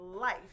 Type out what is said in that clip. life